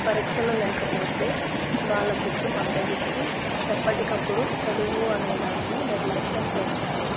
పరీక్షలు లేకపోతే వాళ్ళ బుద్ధి మందగించి ఎప్పటికప్పుడు చదువు అనేదాన్ని నిర్లక్ష్యం చేస్తారు